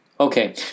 Okay